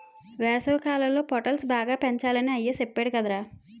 వేసవికాలంలో పొటల్స్ బాగా పెంచాలని అయ్య సెప్పేడు కదరా